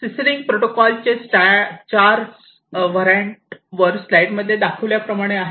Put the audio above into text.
CC link protocol चे चार variant वर स्लाईड मध्ये दाखवल्या प्रमाणे आहेत